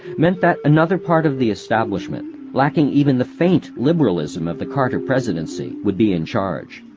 meant that another part of the establishment, lacking even the faint liberalism of the carter presidency, would be in charge.